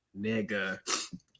Nigga